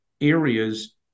areas